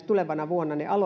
tulevana vuonna